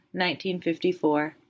1954